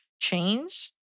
Change